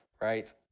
right